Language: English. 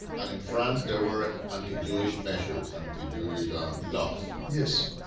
and in france there were anti jewish measures, anti jewish ah um laws. yes.